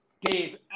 Dave